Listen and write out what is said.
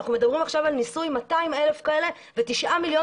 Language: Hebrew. אנחנו מדברים עכשיו על 200,000 כאלה ו-9 מיליון